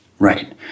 Right